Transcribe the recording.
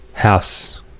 house